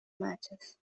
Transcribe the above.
matches